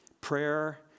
Prayer